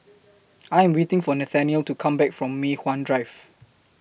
I Am waiting For Nathanial to Come Back from Mei Hwan Drive